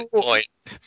points